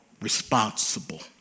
responsible